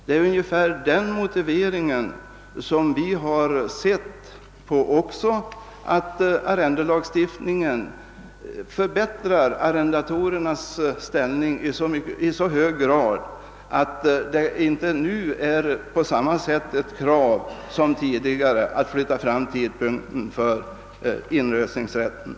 Vi har sett på denna sak ungefär på samma sätt: arrendelagstiftningen förbättrar arrendatorernas ställning i så hög grad att det nu inte är ett lika starkt krav som tidigare att flytta fram tidpunkten för inlösningsrätten.